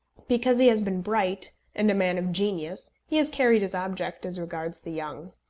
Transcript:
because he has been bright and a man of genius, he has carried his object as regards the young.